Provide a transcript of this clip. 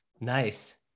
Nice